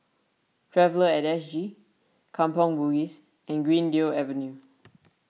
Traveller at S G Kampong Bugis and Greendale Avenue